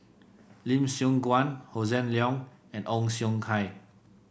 Lim Siong Guan Hossan Leong and Ong Siong Kai